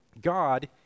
God